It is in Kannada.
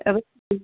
ಹ್ಞೂ